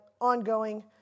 ongoing